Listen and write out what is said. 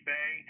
Bay